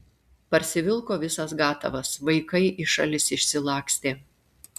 parsivilko visas gatavas vaikai į šalis išsilakstė